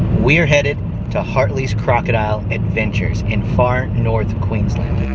we are headed to hartley's crocodile adventures in far north queensland